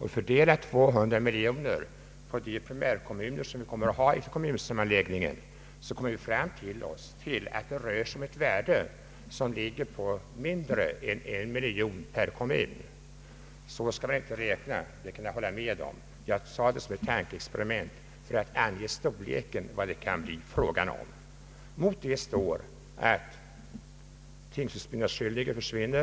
att fördela dessa 200 miljoner kronor på de primärkommuner vi kommer att ha efter kommunsammanläggningen, kommer vi fram till en summa av mindre än en miljon kronor per kommun. Så skall vi inte räkna. Det kan jag hålla med om. Men jag gör det såsom ett tankeexperiment för att ange storleken av det belopp det kan bli fråga om. Mot detta står att tingshusbyggnadsskyldigheten försvinner.